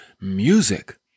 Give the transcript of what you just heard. music